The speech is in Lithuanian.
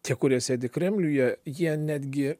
tie kurie sėdi kremliuje jie netgi